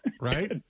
Right